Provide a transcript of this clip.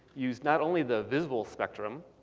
use not only the visible spectrum,